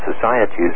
societies